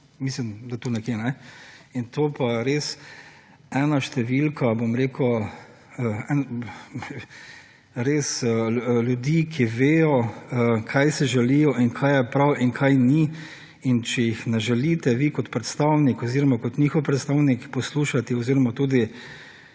mislim da tu nekje, kajne? In to pa je res, ena številka, bom rekel, res ljudi, ki vejo, kaj si želijo in kaj je prav in kaj ni in če jih ne želite vi, kot predstavnik oziroma kot njihov predstavnik, poslušati oziroma tudi